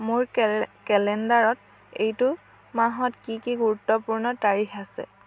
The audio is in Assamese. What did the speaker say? মোৰ কেলেণ্ডাৰত এইটো মাহত কি কি গুৰুত্বপূৰ্ণ তাৰিখ আছে